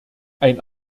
ein